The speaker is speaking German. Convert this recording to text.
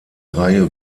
reihe